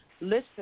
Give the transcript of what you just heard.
listen